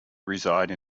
reside